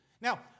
Now